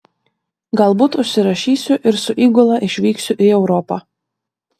galbūt užsirašysiu ir su įgula išvyksiu į europą